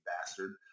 bastard